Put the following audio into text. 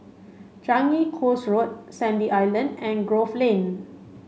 Changi Coast Road Sandy Island and Grove Lane